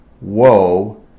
woe